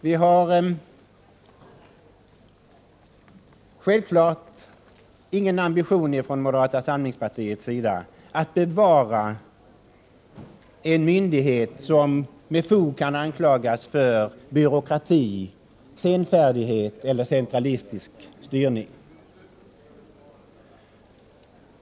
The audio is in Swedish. Vi har självfallet ingen ambition i moderata samlingspartiet att bevara en myndighet som med fog kan anklagas för byråkrati, senfärdighet eller centralistisk styrning.